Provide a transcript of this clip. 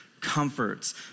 comforts